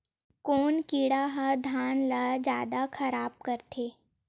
कोन कीड़ा ह धान ल जादा खराब करथे?